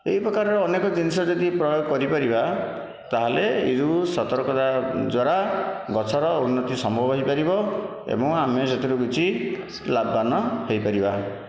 ଏହି ପ୍ରକାରର ଅନେକ ଜିନିଷ ଯଦି ପ୍ରୟୋଗ କରିପାରିବା ତା'ହେଲେ ଏହିସବୁ ସତର୍କତା ଦ୍ୱାରା ଗଛର ଉନ୍ନତି ସମ୍ଭବ ହୋଇପାରିବ ଏବଂ ଆମେ ସେଥିରୁ କିଛି ଲାଭବାନ ହୋଇପାରିବା